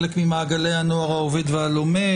חלק ממעגלי הנוער העובד והלומד,